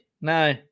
No